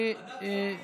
כספים,